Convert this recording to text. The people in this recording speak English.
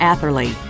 Atherley